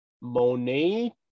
Monet